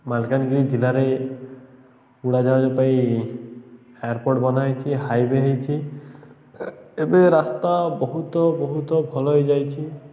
ମାଲକାନଗିରି ଜିଲ୍ଲାରେ ଉଡ଼ାଜାହାଜ ପାଇଁ ଏୟାରପୋର୍ଟ ବନା ହେେଇଛିି ହାଇୱେ ହେଇଛି ଏବେ ରାସ୍ତା ବହୁତ ବହୁତ ଭଲ ହେଇଯାଇଛି